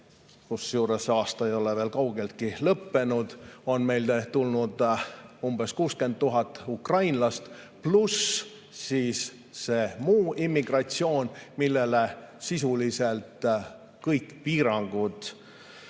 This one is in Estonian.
kusjuures aasta ei ole kaugeltki lõppenud – on meile tulnud umbes 60 000 ukrainlast pluss see muu immigratsioon, mille puhul on sisuliselt kõik piirangud